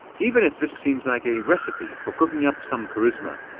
even if this seems like a recipe for cooking up some charisma,